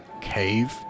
Cave